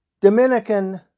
Dominican